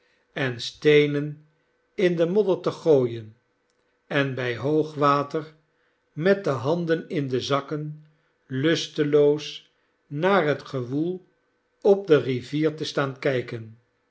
en steenen in den modder te gooien en bij hoog water met de handen in de zakken lusteloos naar het gewoel op de rivier te staan kijken